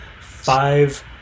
five